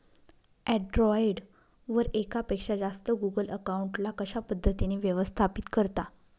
Android वर एकापेक्षा जास्त गुगल अकाउंट ला कशा पद्धतीने व्यवस्थापित करता?